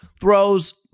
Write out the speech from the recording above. throws